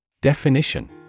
Definition